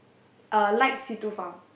uh like Si Tu Feng